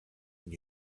and